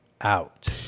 out